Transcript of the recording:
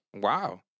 Wow